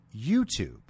YouTube